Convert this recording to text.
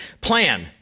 plan